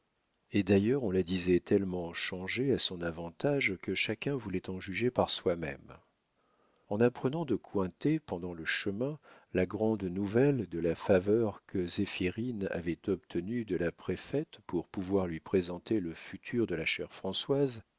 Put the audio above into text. et d'ailleurs on la disait tellement changée à son avantage que chacun voulait en juger par soi-même en apprenant de cointet pendant le chemin la grande nouvelle de la faveur que zéphirine avait obtenue de la préfète pour pouvoir lui présenter le futur de la chère françoise